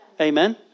Amen